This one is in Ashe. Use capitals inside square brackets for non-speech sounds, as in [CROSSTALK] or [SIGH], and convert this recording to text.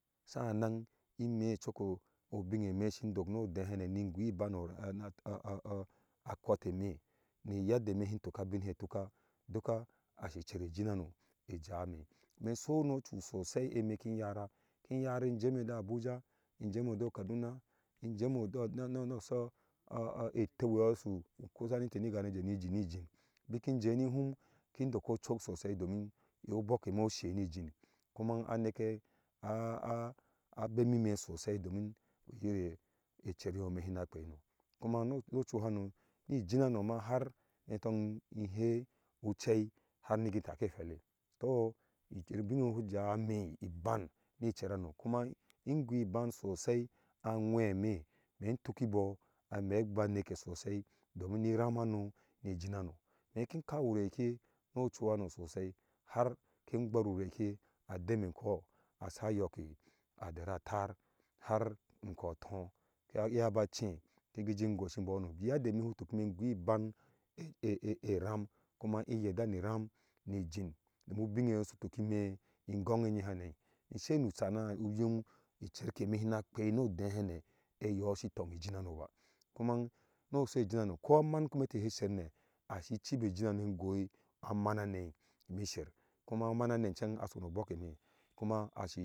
Saanan inme coko obinne me shi ndok no dehene ni gui iban o ra [HESITATION] akɔte me nu yadda me shi tuka abin se tuka duk asi cer ɛjin hano ijame ime so nu ɔchu sosai ɛmɛ siki yara ki yara jeme doh. abuja jeme doh kaduna in jeme de ni su ɛteu yoh so kusa ni intɛɛni gahane jeni jinijini biki jeh ni hum kin doko ocok sosai domin obɔke me ose ni jin kuma aneke a a abemime sosai domin u yire eceryo meme sina akpeino kuma nuɔ chuhano ni ijina ma har ntong in hei ucei hae nigitake ɛphete tɔ ubin ɛye su jawi ime iban ni cer hano kuma in gui iban sosai awee me ime domin ni ram hano ni ijin hano me kin kau ureke har kin gber ureke a demi ɛ koh ka yako aderi attar har niko atoh ka iya ba jhe ki guji gosi mbono yadda me hi tukime in gui ban [HESITATION] e ram kuma in yeda ni ram ni ijin domin ubinne ye su tuki ime ngong ɛnye hane in sei su sana a nyom icer ke me hina akpei no odehene eye su tonghe ijin hano kɔ aman kome te ser ne asi cibi ejin hano me goi aman hane biser kuma aman hane aso no boke ɛme kuma ashi.